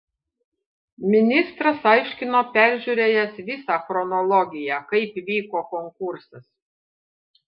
ministras aiškino peržiūrėjęs visą chronologiją kaip vyko konkursas